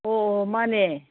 ꯑꯣ ꯃꯥꯅꯦ